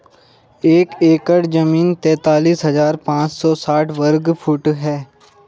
एक एकड़ जमीन तैंतालीस हजार पांच सौ साठ वर्ग फुट है